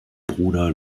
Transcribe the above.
bruder